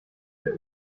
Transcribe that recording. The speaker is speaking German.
der